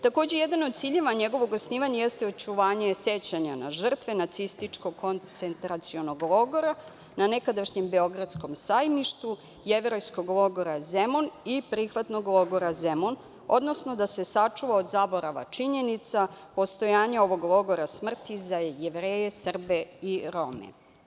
Takođe, jedan od ciljeva njegovog osnivanja jeste očuvanje sećanja na žrtve nacističkog koncentracionog logora na nekadašnjem Beogradskom sajmištu, jevrejskog logora „Zemun“ i Prihvatnog logora „Zemun“, odnosno da se sačuva od zaborava činjenica postojanja ovog logora smrti za Jevreje, Srbe i Rome.